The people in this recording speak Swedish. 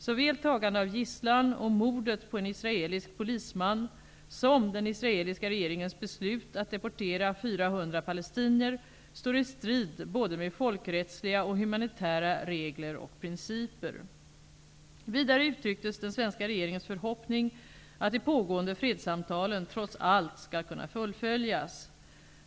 Såväl tagande av gisslan och mordet på en israelisk polisman som den israeliska regeringens beslut att deportera 400 palestinier står i strid med både folkrättsliga och humanitära regler och principer.'' Vidare uttrycktes den svenska regeringens förhoppning att de pågående fredssamtalen trots allt skall kunna fullföljas.